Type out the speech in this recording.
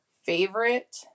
favorite